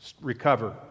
recover